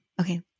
okay